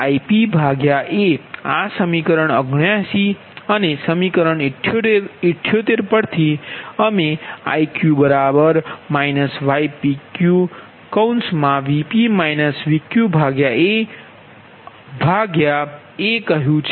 આ સમીકરણ 79 અને સમીકરણ 78 પરથી અમે Iq ypqVp Vq a a કહ્યુ છે